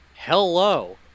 Hello